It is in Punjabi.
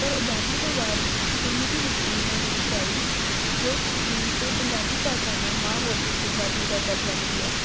ਪਰ ਆਜ਼ਾਦੀ ਤੋਂ ਬਾਅਦ ਗੁਰਮੁਖੀ ਲਿੱਪੀ ਹੋਂਦ ਵਿੱਚ ਆਈ ਜੋ ਅਤੇ ਪੰਜਾਬੀ ਭਾਸ਼ਾ ਨੂੰ ਮਾਂ ਬੋਲੀ ਪੰਜਾਬੀ ਦਾ ਦਰਜਾ ਮਿਲ ਗਿਆ